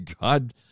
God